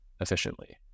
efficiently